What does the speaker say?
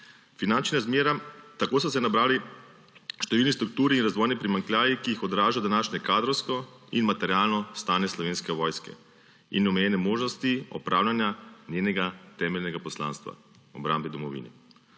in strukture. Tako so se nabrali številne strukturni in razvojni primanjkljaji, ki jih odraža današnje kadrovsko in materialno stanje Slovenske vojske in omejene možnosti opravljanja njenega temeljnega poslanstva, obrambe domovine.